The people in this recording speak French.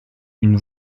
une